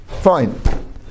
Fine